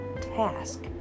task